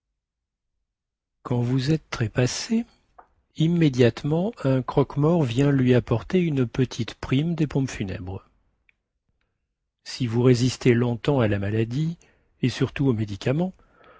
quand vous êtes trépassé immédiatement un croque-mort vient lui apporter une petite prime des pompes funèbres si vous résistez longtemps à la maladie et surtout aux médicaments